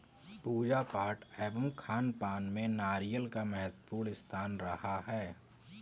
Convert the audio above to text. पूजा पाठ एवं खानपान में नारियल का महत्वपूर्ण स्थान रहा है